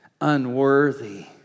Unworthy